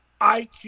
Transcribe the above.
IQ